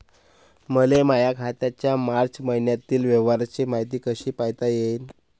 मले माया खात्याच्या मार्च मईन्यातील व्यवहाराची मायती कशी पायता येईन?